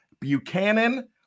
Buchanan